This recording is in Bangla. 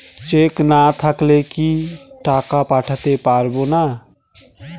চেক না থাকলে কি টাকা পাঠাতে পারবো না?